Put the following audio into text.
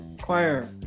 choir